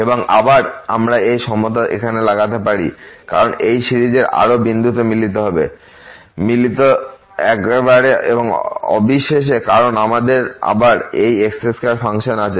এবং আবার আমরা এই সমতা এখানে লাগাতে পারি কারণ এই সিরিজের আরো বিন্দুতে মিলিত হবে মিলিত একেবারে এবং অবিশেষে কারণ আমাদের আবার এই x2 ফাংশন আছে